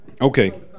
okay